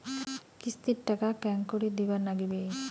কিস্তির টাকা কেঙ্গকরি দিবার নাগীবে?